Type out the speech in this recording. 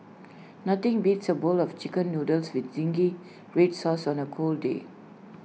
nothing beats A bowl of Chicken Noodles with Zingy Red Sauce on A cold day